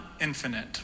infinite